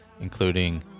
including